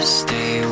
stay